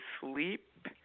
sleep